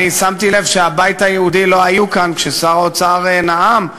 שמתי לב שהבית היהודי לא היו כאן כששר האוצר נאם.